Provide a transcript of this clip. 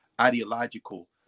ideological